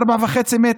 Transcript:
4.5 מ"ר.